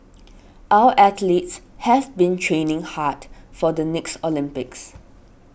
our athletes have been training hard for the next Olympics